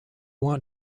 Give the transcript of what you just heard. want